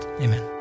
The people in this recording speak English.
Amen